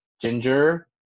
Ginger